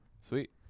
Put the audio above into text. Sweet